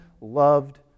loved